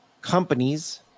companies